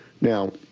Now